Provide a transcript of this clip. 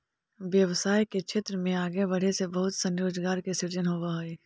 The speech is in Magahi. व्यवसाय के क्षेत्र में आगे बढ़े से बहुत सनी रोजगार के सृजन होवऽ हई